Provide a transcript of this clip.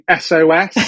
SOS